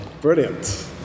Brilliant